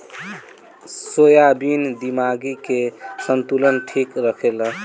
soybean दिमागी के संतुलन ठीक रखेला